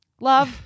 Love